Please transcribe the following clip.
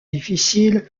difficiles